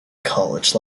college